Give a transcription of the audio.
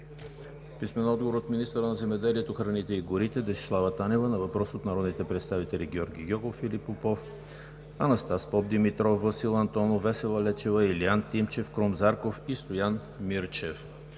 Топчиев; - министъра на земеделието, храните и горите Десислава Танева на въпрос от народните представители Георги Гьоков, Филип Попов, Анастас Попдимитров, Васил Антонов, Весела Лечева, Илиян Тимчев, Крум Зарков и Стоян Мирчев;